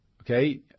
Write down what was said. Okay